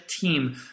team